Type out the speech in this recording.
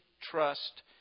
trust